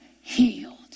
healed